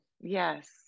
yes